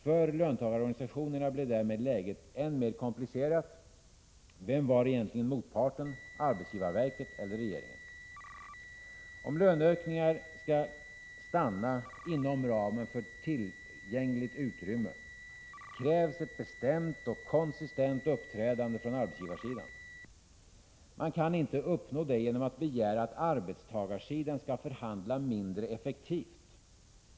För löntagarorganisationerna blev därmed läget än mer komplicerat. Vem var egentligen motparten — arbetsgivarverket eller regeringen? Om löneökningarna skall stanna inom ramen för tillgängligt utrymme, krävs ett bestämt och konsekvent uppträdande från arbetsgivarsidan. Man kan inte uppnå det genom att begära att arbetstagarsidan skall förhandla mindre effektivt.